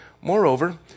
Moreover